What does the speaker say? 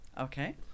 Okay